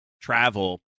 travel